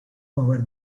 over